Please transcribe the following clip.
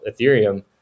Ethereum